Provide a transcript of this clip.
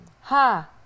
Ha